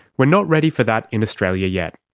we're not ready for that in australia yet.